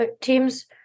teams